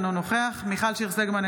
אינו נוכח מיכל שיר סגמן,